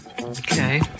Okay